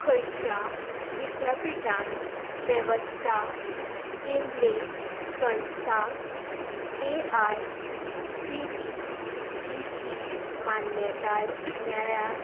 खंयच्या विद्यापीठान वेवस्था केल्लें संस्थांक A I C T E ची मान्यताय मेळ्या